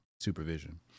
supervision